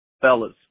Fellas